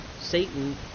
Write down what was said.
Satan